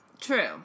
True